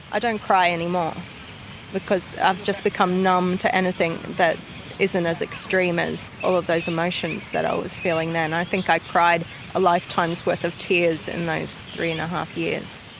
i don't cry anymore because i've just become numb to anything that isn't as extreme as all of those emotions that i was feeling then. i think i cried a lifetime's worth of tears in those three and a half years.